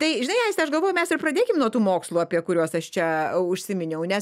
tai žinai aiste aš galvoju mes ir pradėkim nuo tų mokslų apie kuriuos aš čia užsiminiau nes